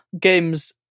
games